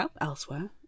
elsewhere